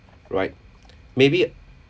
right maybe